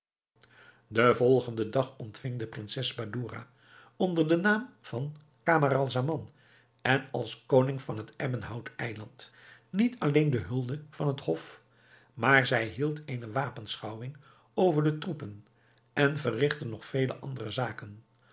den volgenden dag ontving de prinses badoura onder den naam van camaralzaman en als koning van het ebbenhout eiland niet alleen de hulde van het hof maar zij hield eene wapenschouwing over de troepen en verrigtte nog vele andere zaken